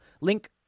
Link